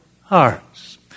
hearts